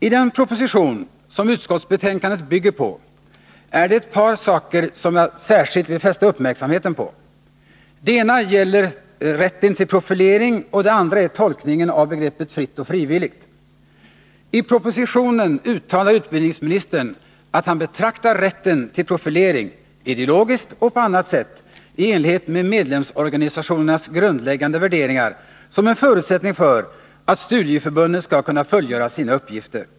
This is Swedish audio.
I den proposition som utskottsbetänkandet bygger på är det ett par saker som jag särskilt vill fästa uppmärksamheten på. Det ena gäller rätten till profilering, och det andra är tolkningen av begreppet fritt och frivilligt. I propositionen uttalar utbildningsministern att han betraktar rätten till profilering — ideologiskt och på annat sätt — i enlighet med medlemsorganisationernas grundläggande värderingar som en förutsättning för att studieförbunden skall kunna fullgöra sina uppgifter.